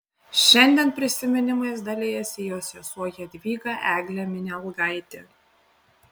šiandien prisiminimais dalijasi jos sesuo jadvyga eglė minialgaitė